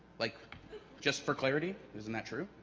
like just for clarity isn't that true